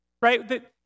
Right